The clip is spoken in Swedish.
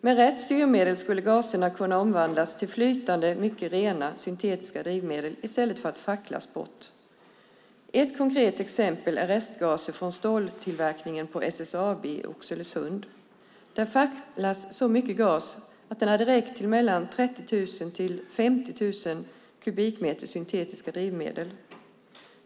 Med rätt styrmedel skulle gaserna kunna omvandlas till flytande, mycket rena syntetiska drivmedel i stället för att facklas bort. Ett konkret exempel är restgaser från ståltillverkningen på SSAB i Oxelösund. Där facklas så mycket gas att den hade räckt till mellan 30 000 och 50 000 kubikmeter syntetiska drivmedel.